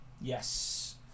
Yes